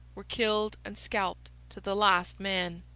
were killed and scalped to the last man.